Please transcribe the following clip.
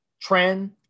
Trend